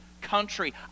country